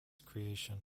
creation